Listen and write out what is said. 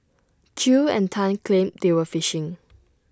chew and Tan claimed they were fishing